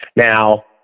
Now